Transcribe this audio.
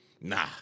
Nah